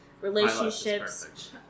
relationships